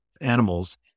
animals